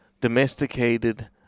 domesticated